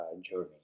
journey